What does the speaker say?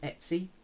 Etsy